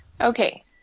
Okay